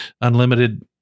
unlimited